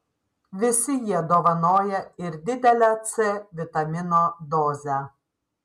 visi jie dovanoja ir didelę c vitamino dozę